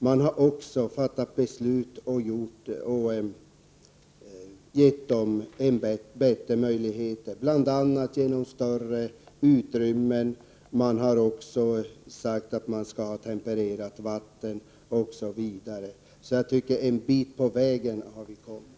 Även sådana djur får det bättre, de får större utrymmen, vattnet skall vara tempererat osv. Så en bit på vägen har vi kommit.